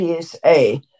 PSA